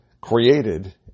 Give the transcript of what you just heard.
created